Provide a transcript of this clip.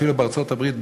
אפילו בארצות-הברית,